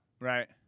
right